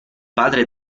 padre